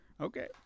Okay